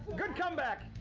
good comeback.